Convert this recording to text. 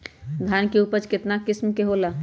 धान के उपज केतना किस्म के होला?